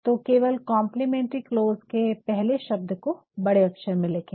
तो केवल complimentary close के पहले शब्द को बड़े अक्षर में लिखे